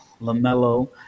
LaMelo